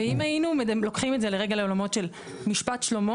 ואם היינו לוקחים את זה רגע לעולמות של משפט שלמה